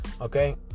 Okay